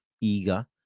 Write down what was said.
eager